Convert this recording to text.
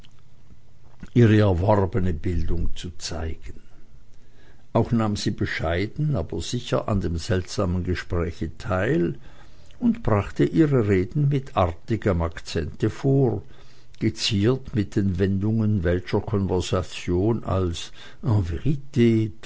ihre erworbene bildung zu zeigen auch nahm sie bescheiden aber sicher an dem seltsamen gespräche teil und brachte ihre reden mit artigem akzente vor geziert mit den wendungen welscher konversation als